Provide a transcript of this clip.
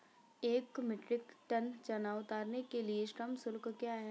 एक metric ton चना उतारने के लिए श्रम शुल्क क्या है?